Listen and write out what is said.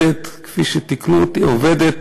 כפי שתיקנו אותי, עובדת